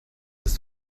ist